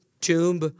tomb